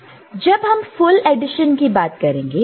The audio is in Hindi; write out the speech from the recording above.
अब जब हम फुल एडिशन की बात करेंगे